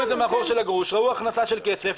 ראו הכנסה של כסף,